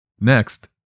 Next